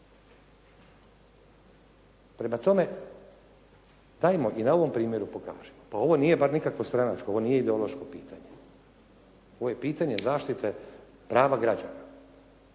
Prema tome, dajmo i na ovom primjeru pokažimo. Pa ovo nije bar nikakvo stranačko, ovo nije ideološko pitanje, ovo je pitanje prava zaštite građana.